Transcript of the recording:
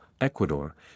Ecuador